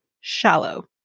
Shallow